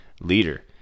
leader